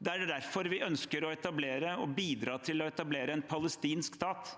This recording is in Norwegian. Det er derfor vi ønsker å bidra til å etablere en palestinsk stat.